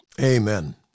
Amen